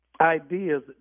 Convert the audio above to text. ideas